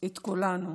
את כולנו